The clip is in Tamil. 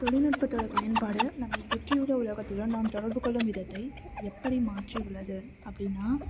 தொழில்நுட்பத்தோடய பயன்பாடு நம்மைச் சுற்றியுள்ள உலகத்துடன் நாம் தொடர்பு கொள்ளும் விதத்தை எப்படி மாற்றியுள்ளது அப்படின்னா